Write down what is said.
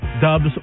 Dubs